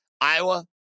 Iowa